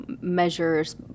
measures